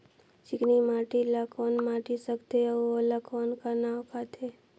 चिकनी माटी ला कौन माटी सकथे अउ ओला कौन का नाव काथे?